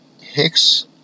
Hicks